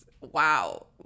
wow